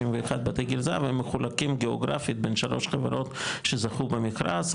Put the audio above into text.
61 בתי גיל זהב הם מחולקים גאוגרפית בין שלוש חברות שזכו במכרז,